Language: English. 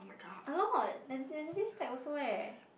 a lot there's this type also eh